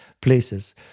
places